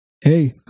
Hey